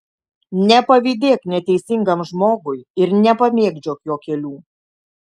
nepavydėk neteisingam žmogui ir nepamėgdžiok jo kelių